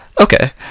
Okay